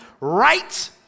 right